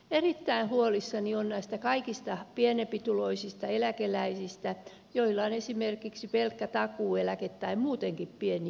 erittäin huolissani olen näistä kaikista pienituloisimmista eläkeläisistä joilla on esimerkiksi pelkkä takuueläke tai muutenkin pieni eläke